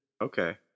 Okay